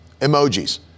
emojis